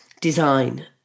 design